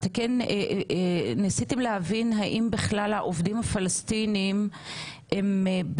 האם ניסיתם להבין האם בכלל העובדים הפלסטינים מסוגלים